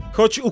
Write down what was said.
Choć